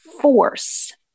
force